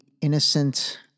innocent